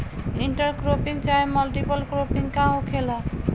Inter cropping चाहे multiple cropping का होखेला?